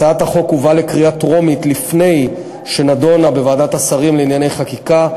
הצעת החוק הובאה לקריאה טרומית לפני שנדונה בוועדת השרים לענייני חקיקה,